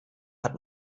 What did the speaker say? hat